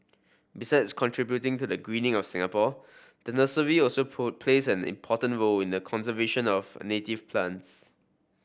besides contributing to the greening of Singapore the nursery also plays an important role in the conservation of native plants